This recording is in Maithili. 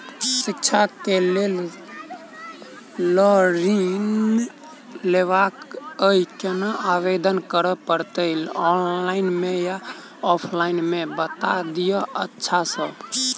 शिक्षा केँ लेल लऽ ऋण लेबाक अई केना आवेदन करै पड़तै ऑनलाइन मे या ऑफलाइन मे बता दिय अच्छा सऽ?